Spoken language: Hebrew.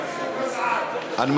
אנחנו